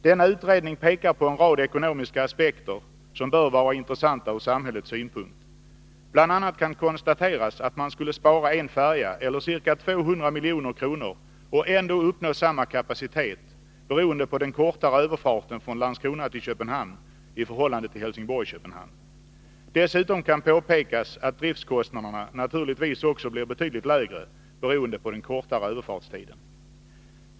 Denna utredning pekar på en rad ekonomiska aspekter, som bör vara intressanta ur samhällets synpunkt. Bl. a. kan konstateras att man skulle spara en färja eller ca 200 milj.kr. och ändå uppnå samma kapacitet, beroende på den kortare överfarten från Landskrona till Köpenhamn i förhållande till överfarten Helsingborg-Köpenhamn. Dessutom kan påpekas att driftskostnaderna naturligtvis också blir betydligt lägre beroende på den kortare överfartstiden.